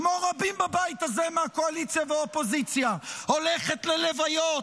כמו רבים בבית הזה מהקואליציה ומהאופוזיציה הולכת ללוויות,